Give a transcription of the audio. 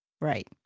right